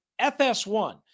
FS1